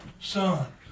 Son